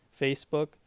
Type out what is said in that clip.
Facebook